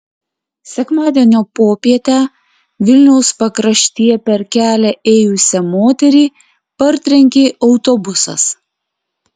sekmadienio popietę vilniaus pakraštyje per kelią ėjusią moterį partrenkė autobusas